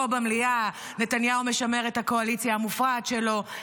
פה במליאה: נתניהו משמר את הקואליציה המופרעת שלו,